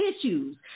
issues